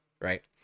right